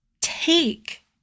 Take